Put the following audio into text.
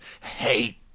hate